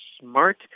smart